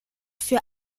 für